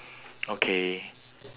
okay